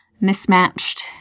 mismatched